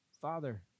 Father